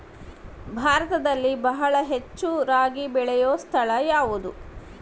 ಭಾರತದಲ್ಲಿ ಬಹಳ ಹೆಚ್ಚು ರಾಗಿ ಬೆಳೆಯೋ ಸ್ಥಳ ಯಾವುದು?